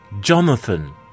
Jonathan